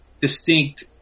distinct